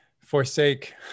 forsake